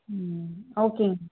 ம் ஓகேங்க